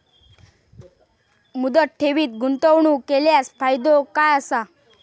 मुदत ठेवीत गुंतवणूक केल्यास फायदो काय आसा?